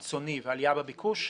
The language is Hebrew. עלייה קיצונית ועלייה בביקוש,